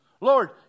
Lord